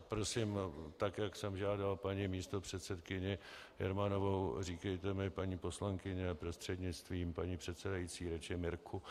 Prosím, tak jak jsem žádal paní místopředsedkyni Jermanovou, říkejte mi, paní poslankyně prostřednictvím paní předsedající, radši Mirku.